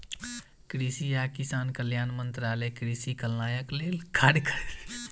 कृषि आ किसान कल्याण मंत्रालय कृषि कल्याणक लेल कार्य करैत अछि